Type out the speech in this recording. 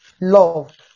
love